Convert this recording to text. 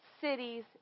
cities